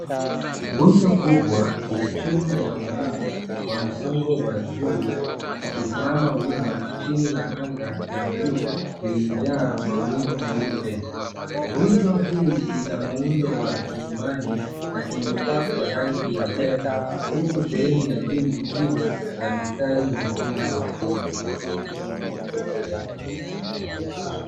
Nguzo kubwa ya chuma ya umeme wa msongo wa juu ikisimama wima chini ya anga ya buluu lililojaa mawingu meupe. Nguzo hii ina muundo wa kiimani na imepakwa rangi ya fedha, huku sehemu ya juu ikiwa na mistari miekundu.